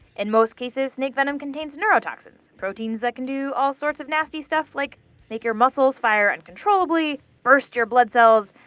in most cases, snake venom contains neurotoxins, proteins that can do all sorts of nasty stuff like make your muscles fire uncontrollably, burst your blood cells,